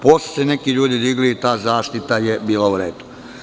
Posle su se neki ljudi digli i ta zaštita je bila u redu.